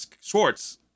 Schwartz